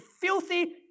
filthy